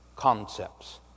concepts